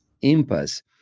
impasse